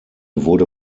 wurde